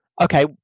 okay